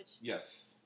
Yes